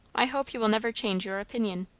i hope you will never change your opinion.